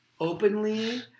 openly